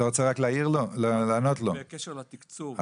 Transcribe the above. בקשר לתקצוב,